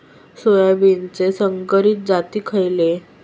सोयाबीनचे संकरित जाती खयले?